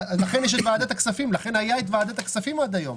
לכן היה את ועדת הכספים עד היום.